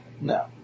No